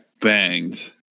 banged